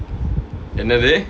என்னது:ennathu